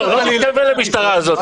הוא לא מתכוון למשטרה הזאת.